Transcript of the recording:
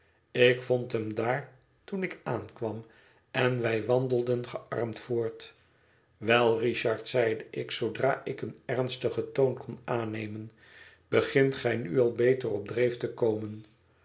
ik vond hem daar toen ik aankwam en wij wandelden gearmd voort wel richard zeide ik zoodra ik een ernstigen toon kon aannemen begint gij nu al beter op dreef te komen